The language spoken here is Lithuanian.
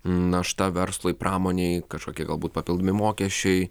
našta verslui pramonei kažkokie galbūt papildomi mokesčiai